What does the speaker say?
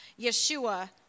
Yeshua